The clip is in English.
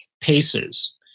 paces